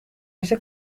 este